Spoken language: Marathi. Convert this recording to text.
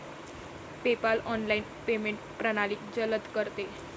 पेपाल ऑनलाइन पेमेंट प्रणाली जलद करते